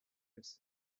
lives